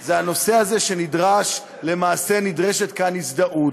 הוא הנושא הזה שלמעשה נדרשת כאן הזדהות,